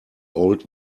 old